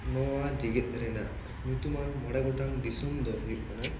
ᱱᱚᱣᱟ ᱡᱮᱜᱮᱛ ᱨᱮᱱᱟᱜ ᱧᱩᱛᱩᱢᱟᱱ ᱢᱚᱬᱮ ᱜᱚᱴᱟᱝ ᱫᱤᱥᱚᱢ ᱫᱚ ᱦᱩᱭᱩᱜ ᱠᱟᱱᱟ